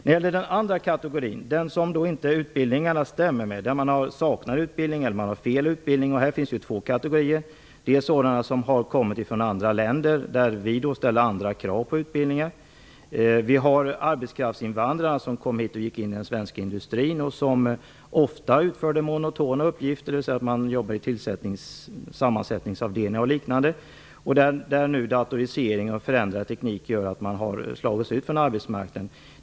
I den andra gruppen där utbildningarna inte stämmer, utbildning saknas eller utbildningen är felaktig finns det två kategorier: den ena är de som har utbildats i andra länder med andra krav på utbildning än de som vi ställer. Den andra kategorin är arbetskraftsinvandrarna som börjat arbeta i den svenska industrin och som ofta utfört monotona uppgifter, dvs. de som jobbat på sammansättningsavdelningar och liknande, där nu datorisering och förändrad teknik gjort att de slagits ut från arbetsmarknaden.